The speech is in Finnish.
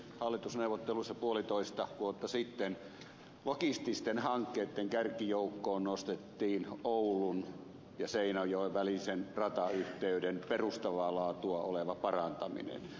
hallitusneuvotteluissa puolitoista vuotta sitten logististen hankkeitten kärkijoukkoon nostettiin oulun ja seinäjoen välisen ratayhteyden perustavaa laatua oleva parantaminen